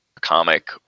comic